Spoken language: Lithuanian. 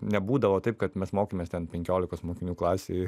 nebūdavo taip kad mes mokėmės ten penkiolikos mokinių klasėj